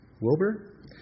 Wilbur